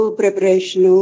preparation